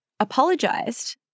apologised